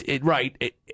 Right